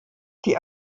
die